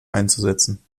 einzusetzen